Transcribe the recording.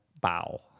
Bow